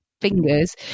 fingers